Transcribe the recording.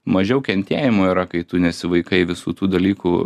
mažiau kentėjimo yra kai tu nesivaikai visų tų dalykų